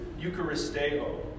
Eucharisteo